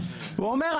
והוא אומר,